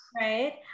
Right